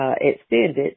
extended